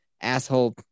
asshole